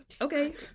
okay